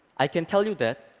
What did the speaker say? i can tell you that,